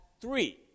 three